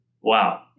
wow